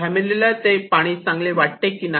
फॅमिलीला ते पाणी चांगले वाटते की नाही